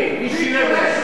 מי שילם להם?